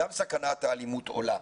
גם סכנת האלימות עולה.